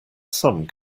some